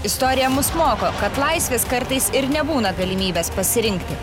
istorija mus moko kad laisvės kartais ir nebūna galimybės pasirinkti